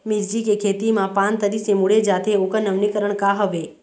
मिर्ची के खेती मा पान तरी से मुड़े जाथे ओकर नवीनीकरण का हवे?